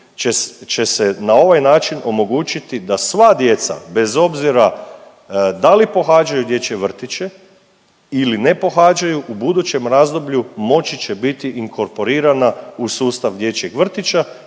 će se na ovaj način omogućiti da sva djece, bez obzira da li pohađaju dječje vrtiće ili ne pohađaju u budućem razdoblju moći će biti inkorporirana u sustav dječjeg vrtića